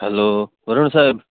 hello Varun Saheb